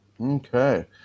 Okay